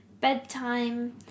bedtime